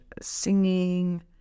singing